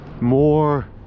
more